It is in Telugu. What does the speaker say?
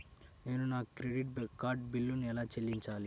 నేను నా క్రెడిట్ కార్డ్ బిల్లును ఎలా చెల్లించాలీ?